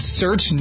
search